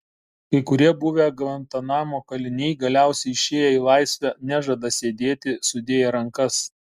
kai kurie buvę gvantanamo kaliniai galiausiai išėję į laisvę nežada sėdėti sudėję rankas